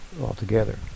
altogether